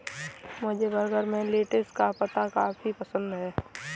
मुझे बर्गर में लेटिस का पत्ता काफी पसंद है